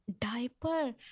diaper